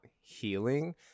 healing